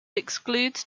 excludes